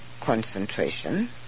concentration